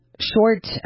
short